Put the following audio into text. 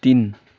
तिन